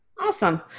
Awesome